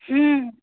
हूँ